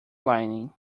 lining